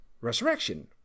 resurrection